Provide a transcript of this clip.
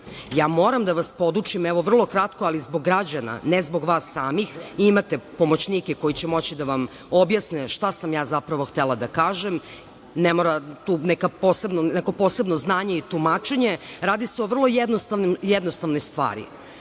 Moram da vam podučim, vrlo kratko, ali zbog građana, ne zbog vas samih, imate pomoćnike koji će moći da vam objasne šta sam zapravo htela da kažem. Ne mora neko posebno znanje i tumačenje, radi se o vrlo jednostavnim i